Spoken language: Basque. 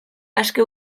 aske